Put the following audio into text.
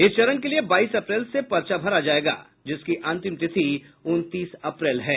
इस चरण के लिए बाईस अप्रैल से पर्चा भरा जाएगा जिसकी अंतिम तिथि उनतीस अप्रैल है